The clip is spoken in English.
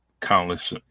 countless